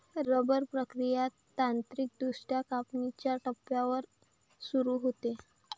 rubber प्रक्रिया तांत्रिकदृष्ट्या कापणीच्या टप्प्यावर सुरू होते